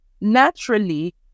naturally